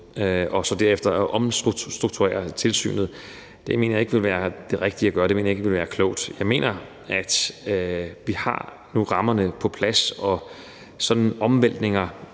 og så derefter at omstrukturere tilsynet. Det mener jeg ikke ville være det rigtige at gøre, det mener jeg ikke ville være klogt. Jeg mener, at vi nu har rammerne på plads, og jeg ved